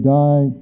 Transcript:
die